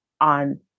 on